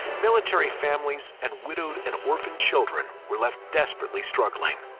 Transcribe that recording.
military families, and widowed and orphaned children were left desperately struggling.